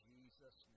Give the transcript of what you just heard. Jesus